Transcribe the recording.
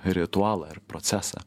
ritualą ir procesą